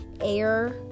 air